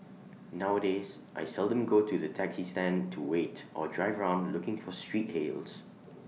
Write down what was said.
nowadays I seldom go to the taxi stand to wait or drive around looking for street hails